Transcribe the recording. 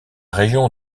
région